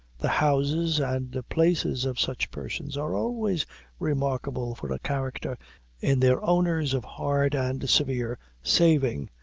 the houses and places of such persons are always remarkable for a character in their owners of hard and severe saving,